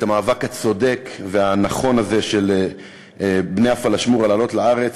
את המאבק הצודק והנכון הזה של בני הפלאשמורה לעלות לארץ.